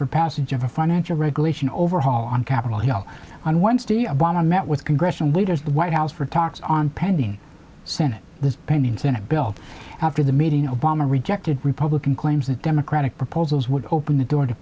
for passage of a financial regulation overhaul on capitol hill on wednesday obama met with congressional leaders the white house for talks on pending senate the pending senate bill after the meeting obama rejected republican claims that democratic proposals would open the door to